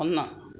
ഒന്ന്